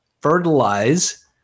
fertilize